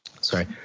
sorry